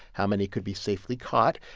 how many could be safely caught,